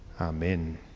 Amen